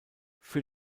für